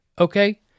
Okay